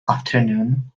afternoon